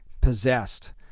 possessed